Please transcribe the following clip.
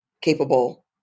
capable